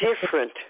different